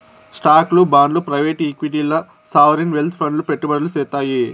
స్టాక్లు, బాండ్లు ప్రైవేట్ ఈక్విటీల్ల సావరీన్ వెల్త్ ఫండ్లు పెట్టుబడులు సేత్తాయి